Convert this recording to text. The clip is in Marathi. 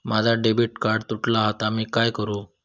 माझा डेबिट कार्ड तुटला हा आता मी काय करू?